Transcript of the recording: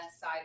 side